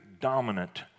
dominant